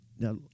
Now